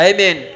Amen